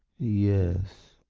yes?